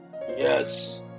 yes